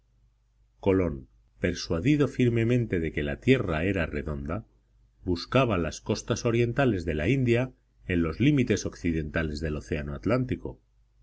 colón persuadido firmemente de que la tierra era redonda buscaba las costas orientales de la india en los límites occidentales del océano atlántico